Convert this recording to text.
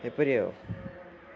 ଏପରି ଆଉ